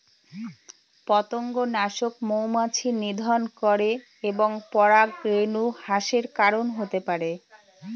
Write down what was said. পতঙ্গনাশক মৌমাছি নিধন করে এবং পরাগরেণু হ্রাসের কারন হতে পারে